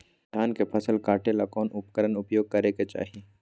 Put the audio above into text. धान के फसल काटे ला कौन उपकरण उपयोग करे के चाही?